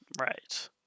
Right